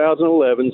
2011